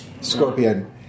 scorpion